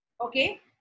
okay